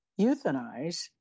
euthanize